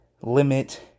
limit